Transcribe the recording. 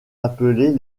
appelés